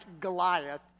Goliath